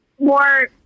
more